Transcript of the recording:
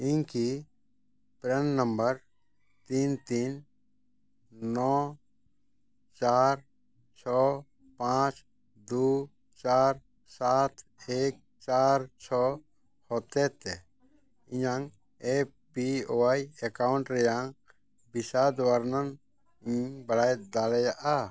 ᱤᱧ ᱠᱤ ᱯᱨᱟᱱ ᱱᱟᱢᱵᱟᱨ ᱛᱤᱱ ᱛᱤᱱ ᱱᱚ ᱪᱟᱨ ᱪᱷᱚ ᱯᱟᱸᱪ ᱫᱩ ᱪᱟᱨ ᱥᱟᱛ ᱮᱹᱠ ᱪᱟᱨ ᱪᱷᱚ ᱦᱚᱛᱮᱡ ᱛᱮ ᱤᱧᱟᱹᱝ ᱮᱹ ᱯᱤ ᱚᱣᱟᱭ ᱮᱠᱟᱣᱩᱱᱴ ᱨᱮᱭᱟᱜ ᱵᱤᱥᱟᱫ ᱵᱚᱨᱱᱚᱱ ᱤᱧ ᱵᱟᱲᱟᱭ ᱫᱟᱲᱮᱭᱟᱜᱼᱟ